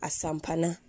Asampana